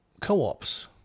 co-ops